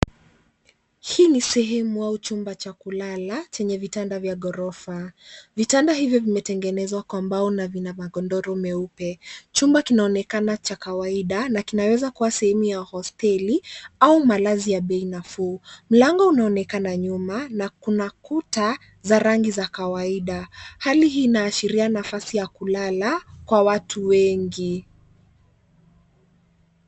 Hii ni sehemu au chumba ya kulala chenye vitanda vya ghorofa, vitanda hivyo vimetengenezwa kwa mbao na vina magodoro meupe. Chumba kinaonekana cha kawaida na kinaweza kuwa sehemu ya hosteli au malazi ya bei nafuu. Mlango unaonekana nyuma na kuna kuta za rangi za kawaida. Hali hii inaashiria nafasi ya kulala kwa watu wengi.